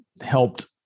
helped